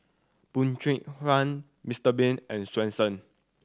Bee Cheng Hiang Mister Bean and Swensen